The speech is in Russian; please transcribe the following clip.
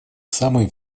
самый